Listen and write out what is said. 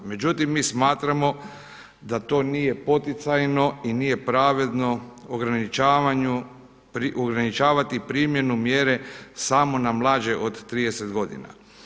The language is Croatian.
Međutim mi smatramo da to nije poticajno i nije pravedno ograničavati primjenu mjere samo na mlađe od 30 godina.